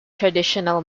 traditional